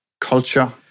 Culture